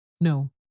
No